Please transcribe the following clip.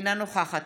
אינה נוכחת